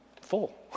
full